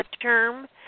term